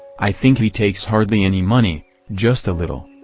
i think he takes hardly any money just a little.